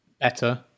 better